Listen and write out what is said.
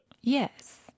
Yes